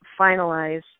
finalize